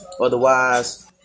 Otherwise